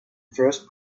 first